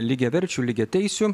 lygiaverčių lygiateisių